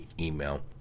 email